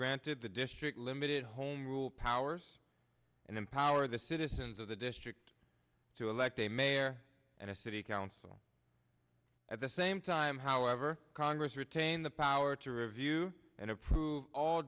granted the district limited home rule powers and empower the citizens of the district to elect a mayor and a city council at the same time however congress retain the power to review and approve all